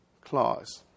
clause